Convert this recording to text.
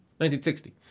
1960